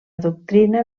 doctrina